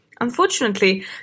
Unfortunately